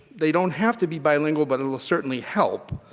they don't have to be bilingual but it'll certainly help.